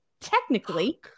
Technically